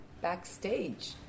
backstage